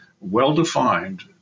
well-defined